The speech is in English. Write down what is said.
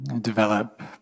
develop